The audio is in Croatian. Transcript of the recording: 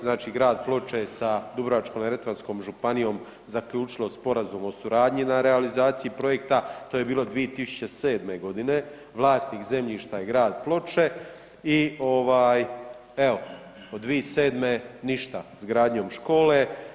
Znači Grad Ploče je sa Dubrovačko-neretvanskom županijom zaključilo sporazum o suradnji na realizaciji projekta, to je bilo 2007. godine, vlasnik zemljišta je Grad Ploče i evo od 2007. ništa s gradnjom škole.